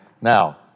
Now